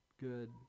good